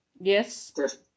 Yes